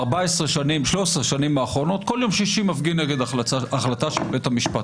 ב-13 השנים האחרונות כל יום שישי אני מפגין נגד החלטה של בית המשפט